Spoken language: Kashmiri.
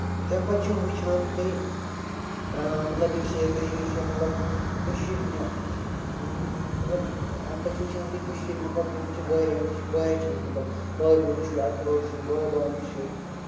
تَمہِ پَتہٕ چھُو وٕچھان کہِ مطلب یُس یہِ کٔشیٖر چھِ مطلب کٔشیٖر مطلب اَمہِ پَتہٕ چھِ وٕچھان تُہۍ کٔشیٖر مطلب یَتھ منٛز چھِ واریاہ واریاہ چیٖز مطلب کاجوٗ چھِ اَخروٹ چھِ بادام چھِ